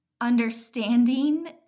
understanding